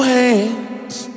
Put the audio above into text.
hands